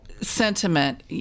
sentiment